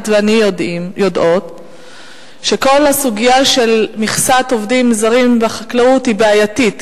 את ואני יודעות שכל הסוגיה של מכסת עובדים זרים בחקלאות היא בעייתית,